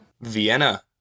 Vienna